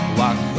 walk